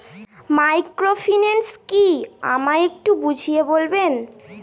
Microfinance কি আমায় একটু বুঝিয়ে বলবেন?